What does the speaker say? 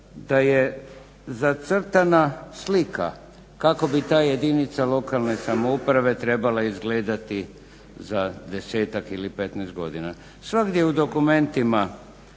da je zacrtana slika kako bi ta jedinica lokalne samouprave trebala izgledati za 10-ak ili 15 godina. Svagdje u dokumentima